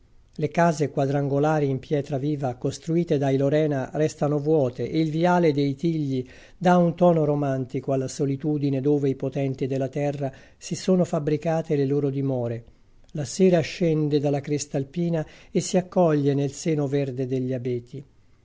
le case quadrangolari in pietra viva costruite dai lorena restano vuote e il viale dei tigli dà un tono romantico alla solitudine dove i potenti della terra si sono fabbricate le loro dimore la sera scende dalla cresta alpina e si accoglie nel seno verde degli abeti